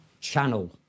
channel